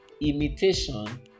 imitation